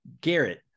Garrett